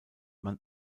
man